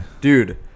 dude